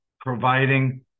providing